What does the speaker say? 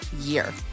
year